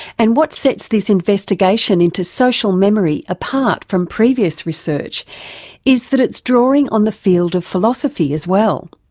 and what sets this investigation into social memory apart from previous research is that it's drawing on the field of philosophy as well.